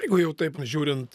jeigu jau taip žiūrint